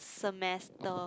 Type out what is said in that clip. semester